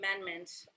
Amendment